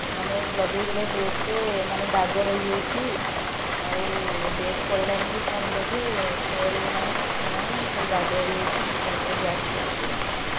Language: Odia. ଏ ମାନେ ଲଗେଇଦେଲେ ଡ୍ରେସ୍ରେ ମାନେ ଦାଗ ରହିଯାଉଛି ଆଉ ଡେଟ୍ ପଳେଇଲାଣି କି କ'ଣ ବୋଧେ ସ୍ମେଲ୍ ନାହିଁ କିଛି ନାହିଁ ଖାଲି ଦାଗ ହୋଇଯାଉଛି ମୁତୁରା ମୁତୁରା ଗ୍ୟାସ୍ କରୁଛି